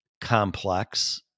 complex